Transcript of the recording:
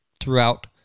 throughout